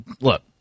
look